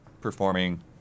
performing